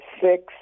six